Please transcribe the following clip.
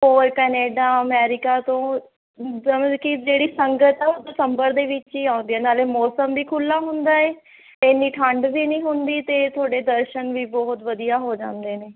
ਉਹ Canada America ਤੋਂ ਜਿੱਦਾ ਮਤਲਵ ਕਿ ਜਿਹੜੀ ਸੰਗਤ ਆ ਉਹ ਦਸੰਬਰ ਦੇ ਵਿੱਚ ਹੀ ਆਉਂਦੇ ਨਾਲੇ ਮੌਸਮ ਵੀ ਖੁੱਲ੍ਹਾ ਹੁੰਦਾ ਹੈ ਇੱਨੀ ਠੰਡ ਵੀ ਨਹੀਂ ਹੁੰਦੀ ਅਤੇ ਤੁਹਾਡੇ ਦਰਸ਼ਨ ਵੀ ਬਹੁਤ ਵਧੀਆ ਹੋ ਜਾਂਦੇ ਨੇ